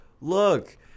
look